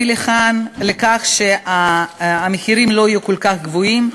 לכך שהמחירים לא יהיו כל כך גבוהים,